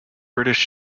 british